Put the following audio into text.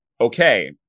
okay